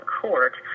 court